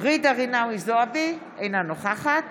ג'ידא רינאוי זועבי, אינה נוכחת